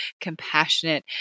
compassionate